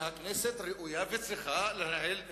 שהכנסת ראויה וצריכה לנהל,